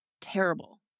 terrible